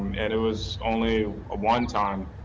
and it was only a one time.